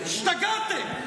השתגעתם.